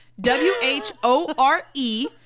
w-h-o-r-e